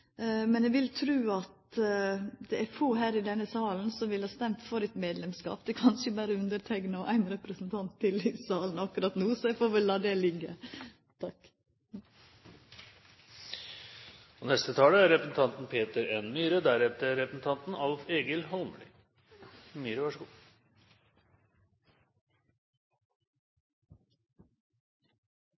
Men eg vil tru at det er få her i denne salen som ville ha stemt for medlemskap. Det er kanskje berre underteikna og ein representant til i salen akkurat no, så eg får vel la det liggja. Det er et viktig tema representanten